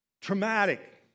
traumatic